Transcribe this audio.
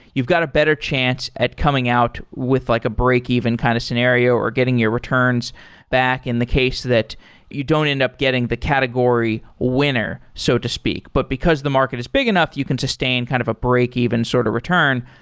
you've got a better chance at coming out with like a breakeven kind of scenario or getting your returns back in the case so that you don't end up getting the category winner, so to speak. but because the market is big enough, you can sustain kind of a breakeven sort of return.